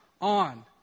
on